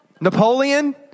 Napoleon